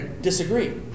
disagree